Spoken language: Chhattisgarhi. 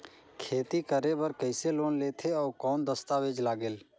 खेती करे बर कइसे लोन लेथे और कौन दस्तावेज लगेल?